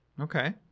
Okay